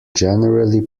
generally